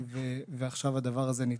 ועכשיו הדבר הזה נדחה.